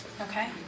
Okay